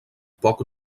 poc